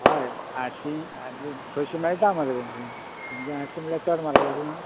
हय आठशीं सयशीं मेळटा मरे हरशीं तुमगे आठशीं चड म्हारग जालें ना